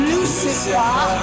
Lucifer